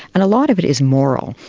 and a lot of it is moral,